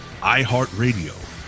iHeartRadio